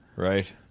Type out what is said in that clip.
Right